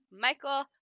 Michael